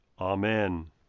Amen